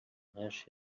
همهاش